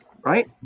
right